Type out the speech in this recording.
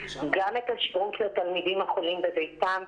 גם את השירות לתלמידים החולים בביתם,